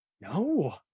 no